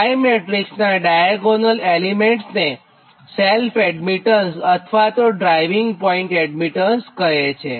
Y matrix નાં diagonal elements ને self admittance અથવા ડ્રાઇવીંગ પોઇન્ટ એડમીટન્સ કહે છે